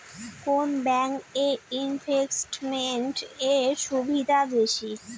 কোন ব্যাংক এ ইনভেস্টমেন্ট এর সুবিধা বেশি?